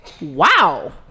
Wow